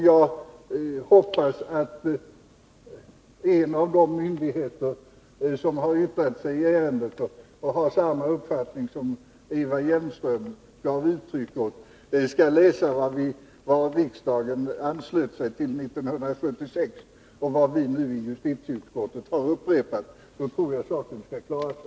Jag hoppas att en av de myndigheter som har yttrat sig i ärendet och som har samma uppfattning som Eva Hjelmström gav uttryck åt skall läsa vad riksdagen anslöt sig till 1976, något som vi i justitieutskottet nu har upprepat. Då tror jag att saken skall klara sig.